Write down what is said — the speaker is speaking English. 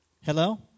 Hello